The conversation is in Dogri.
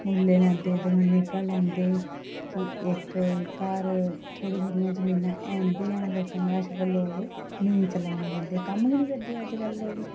मुल्लें लैंदे दुकानें परा लैंदे कि इक घर थोह्ड़ी थोह्ड़ी जमीनां हैन बी लोकें कश पर लोक नेईं चलाना चांह्दे कम्म निं करदे अजकल लोग